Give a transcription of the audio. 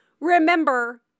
remember